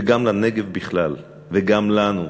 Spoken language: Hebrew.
וגם לנגב בכלל וגם לנו.